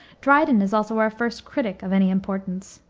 dryden is also our first critic of any importance.